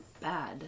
bad